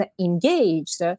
engaged